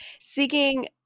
seeking